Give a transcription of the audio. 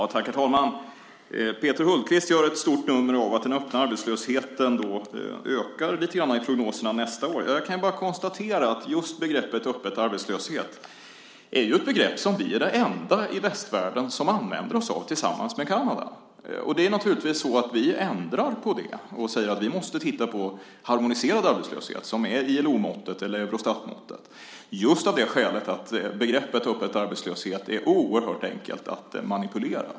Herr talman! Peter Hultqvist gör stort nummer av att den öppna arbetslösheten ökar lite grann enligt prognoserna för nästa år. Jag kan bara konstatera att Sverige, tillsammans med Kanada, är det enda landet i västvärlden som använder sig av just begreppet "öppen arbetslöshet". Vi ändrar på det och säger att vi måste titta på harmoniserad arbetslöshet, som är ILO-måttet eller Eurostatmåttet. Det gör vi just av det skälet att begreppet "öppen arbetslöshet" är oerhört enkelt att manipulera.